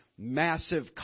massive